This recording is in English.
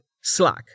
Slack